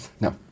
No